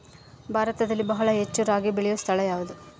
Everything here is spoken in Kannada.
ಭಾರತದಲ್ಲಿ ಬಹಳ ಹೆಚ್ಚು ರಾಗಿ ಬೆಳೆಯೋ ಸ್ಥಳ ಯಾವುದು?